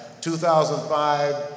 2005